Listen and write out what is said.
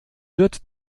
wird